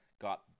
got